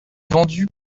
vendu